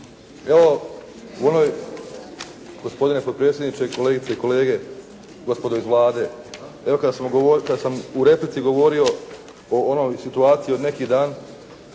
Evo, u onoj, gospodine potpredsjedniče, kolegice i kolege, gospodo iz Vlade. Evo kad sam u replici govorio o onoj situaciji od neki dan,